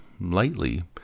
lightly